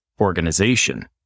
organization